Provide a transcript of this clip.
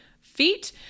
feet